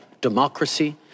democracy